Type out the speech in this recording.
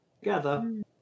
Together